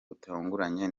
butunguranye